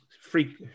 free